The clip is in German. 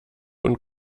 und